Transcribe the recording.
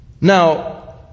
Now